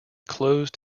closed